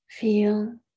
Feel